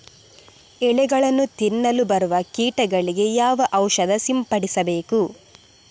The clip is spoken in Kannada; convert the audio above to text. ಎಲೆಗಳನ್ನು ತಿನ್ನಲು ಬರುವ ಕೀಟಗಳಿಗೆ ಯಾವ ಔಷಧ ಸಿಂಪಡಿಸಬೇಕು?